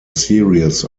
series